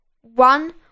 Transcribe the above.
one